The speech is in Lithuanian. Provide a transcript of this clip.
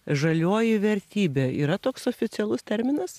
žalioji vertybė yra toks oficialus terminas